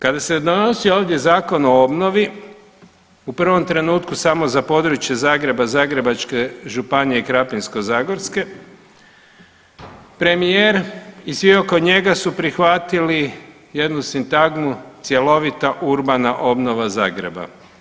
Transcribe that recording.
Kada se donosio ovdje Zakon o obnovi u prvom trenutku samo za područje Zagreba, Zagrebačke županije i Krapinsko-zagorske, premijer i svi oko njega su prihvatili jednu sintagmu cjelovita urbana obnova Zagreba.